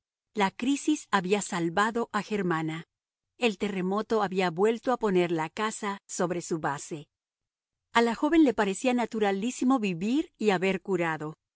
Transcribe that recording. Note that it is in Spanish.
la crisis había salvado a germana el terremoto había vuelto a poner la casa sobre su base a la joven le parecía naturalísimo vivir y haber curado